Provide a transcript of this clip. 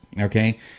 okay